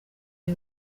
ari